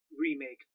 Remake